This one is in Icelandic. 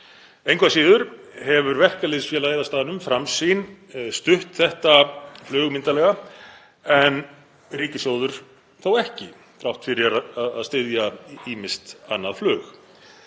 Engu að síður hefur verkalýðsfélagið á staðnum, Framsýn, stutt þetta flug myndarlega en ríkissjóður ekki, þrátt fyrir að styðja ýmist annað flug.